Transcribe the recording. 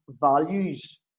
values